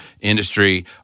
industry